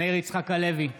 מאיר יצחק הלוי,